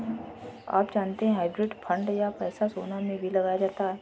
आप जानते है हाइब्रिड फंड का पैसा सोना में भी लगाया जाता है?